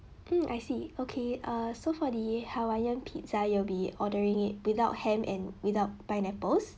mm I see okay uh so for the hawaiian pizza you'll be ordering it without ham and without pineapples